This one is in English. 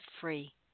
free